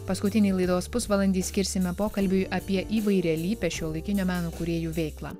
paskutinį laidos pusvalandį skirsime pokalbiui apie įvairialypę šiuolaikinio meno kūrėjų veiklą